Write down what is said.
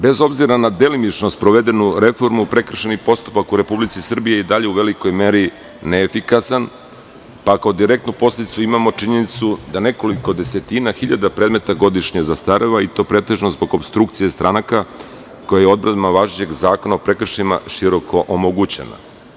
Bez obzira na delimično sprovedenu reformu prekršajnih postupaka u Republici Srbiji, i dalje je u velikoj meri neefikasan, tako da direktnu posledicu imamo činjenicu da nekoliko desetina hiljada predmeta godišnje zastareva, i to pretežno zbog opstrukcije stranaka, koja odredbama važećeg zakona o prekršajima široko omogućena.